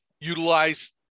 utilize